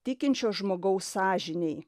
tikinčio žmogaus sąžinei